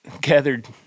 gathered